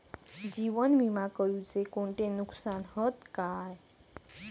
जीवन विमा करुचे कोणते नुकसान हत काय?